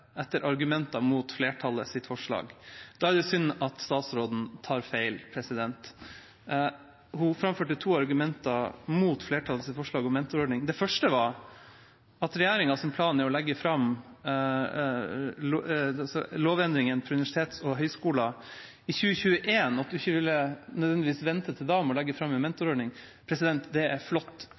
tar feil. Hun framførte to argumenter mot flertallets forslag om mentorordning. Det første var at regjeringas plan er å legge fram endringer av universitets og høyskoleloven i 2021, og at hun ikke nødvendigvis ville vente til det med å jobbe med en mentorordning. Det er flott.